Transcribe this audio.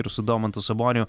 ir su domantu saboniu